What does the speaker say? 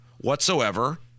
whatsoever